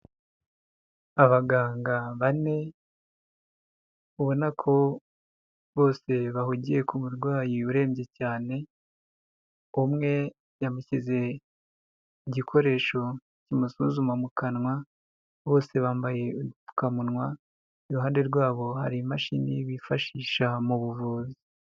Abaganga bane ubona ko bose bahugiye ku murwayi urembye cyane, umwe yamushyize igikoresho kimusuzuma mu kanwa, bose bambaye udupfukamunwa, iruhande rwabo hari imashini bifashisha mu buvuzi.